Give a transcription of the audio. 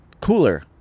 cooler